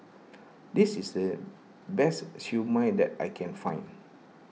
this is the best Siew Mai that I can find